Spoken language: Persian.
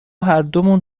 هردومون